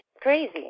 crazy